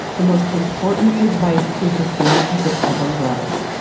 the most important advice is the same as it ever was.